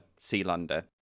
sealander